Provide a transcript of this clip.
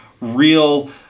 real